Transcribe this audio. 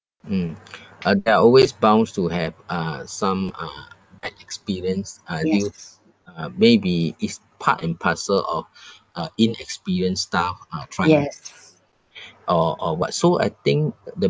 mm uh there are always bounds to have uh some uh bad experience uh due uh maybe is part and parcel of uh inexperienced staff are trying or or what so I think the